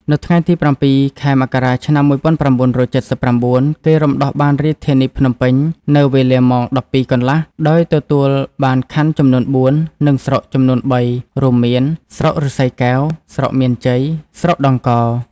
នៅថ្ងៃទី ០៧ ខែមករា ឆ្នាំ ១៩៧៩ គេរំដោះបានរាជធានីភ្នំពេញនៅវេលា ម៉ោង ១២ កន្លះ ដោយទទួលបានខណ្ឌចំនួន ៤ និងស្រុកចំនួន ៣ រួមមាន ស្រុកឫស្សីកែវ ស្រុកមានជ័យ ស្រុកដង្កោ។